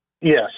Yes